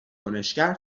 کنشگر